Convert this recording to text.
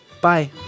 Bye